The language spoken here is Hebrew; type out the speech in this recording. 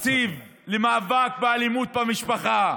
תקציב למאבק באלימות במשפחה,